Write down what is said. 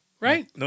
Right